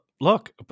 look